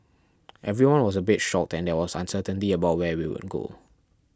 everyone was a bit shocked and there was uncertainty about where we would go